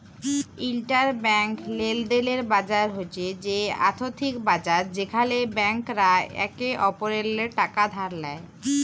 interbank লেলদেলের বাজার হছে সে আথ্থিক বাজার যেখালে ব্যাংকরা একে অপরেল্লে টাকা ধার লেয়